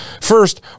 First